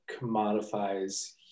commodifies